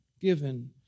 given